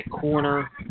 corner